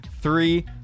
three